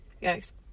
yes